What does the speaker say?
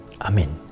Amen